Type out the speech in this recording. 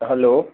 hello